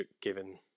given